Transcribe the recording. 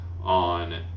on